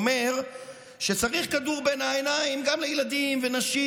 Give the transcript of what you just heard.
הוא אומר שצריך כדור בין העיניים גם לילדים ונשים,